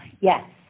Yes